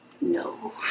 No